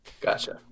Gotcha